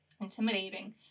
intimidating